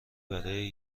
برای